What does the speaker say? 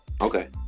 Okay